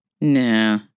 nah